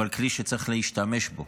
אבל גם כלי שצריך להשתמש בו.